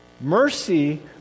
Mercy